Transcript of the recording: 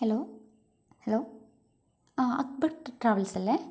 hello hello ആ അക്ബർ ട്രാവൽസല്ലേ